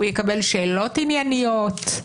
הוא יקבל שאלות ענייניות?